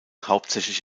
hauptsächlich